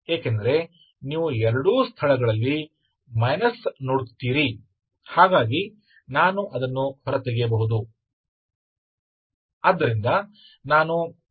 ಏಕೆಂದರೆ ನೀವು ಎರಡೂ ಸ್ಥಳಗಳಲ್ಲಿ ಮೈನಸ್ ನೋಡುತ್ತೀರಿ ಹಾಗಾಗಿ ನಾನು ಅದನ್ನು ಹೊರತೆಗೆಯಬಹುದು